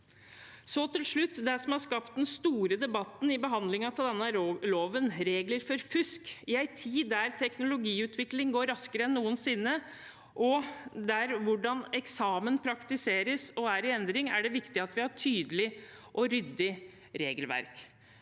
Til slutt til det som har skapt den store debatten i behandlingen av denne loven: regler for fusk. I en tid der teknologiutvikling går raskere enn noensinne, og hvordan eksamen praktiseres, også er i endring, er det viktig at vi har tydelig og ryddig regelverk.